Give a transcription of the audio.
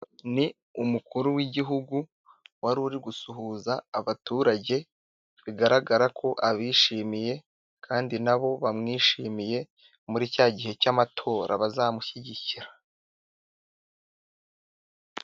Ni umukuru w'igihugu wari uri gusuhuza abaturage bigaragara ko abishimiye kandi na bo bamwishimiye muri cya gihe cy'amatora bazamushyigikira.